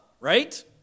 right